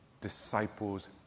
disciples